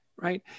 right